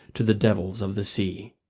to the devils of the sea.